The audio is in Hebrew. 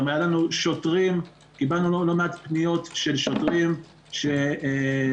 גם פניות של שוטרים שעצרו.